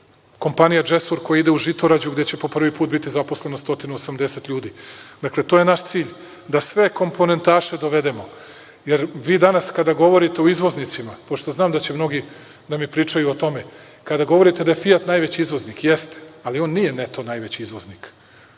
Kompanija „Džesur“ koja ide u Žitorađu, gde će po prvi put biti zaposleno 180 ljudi. Dakle, to je naš cilj - da sve komponentaše dovedemo. Jer, vi danas kada govorite o izvoznicima, pošto znam da će mnogi da mi pričaju o tome, kada govorite da je „Fijat“ najveći izvoznik, jeste, ali on nije neto najveći izvoznik,